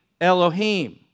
Elohim